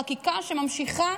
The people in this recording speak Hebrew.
חקיקה שממשיכה